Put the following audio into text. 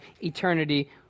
eternity